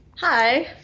Hi